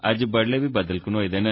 अज्ज बड्डलै बी बद्दल घनोए दे न